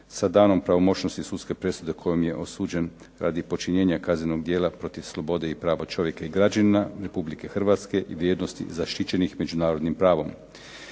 Sa danom pravomoćnosti sudske presude kojom je osuđen radi počinjenja kaznenog djela protiv slobode i prava čovjeka i građanina RH i vrijednosti zaštićenih međunarodnim pravom.